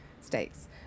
states